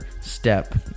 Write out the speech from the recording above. step